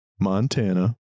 Montana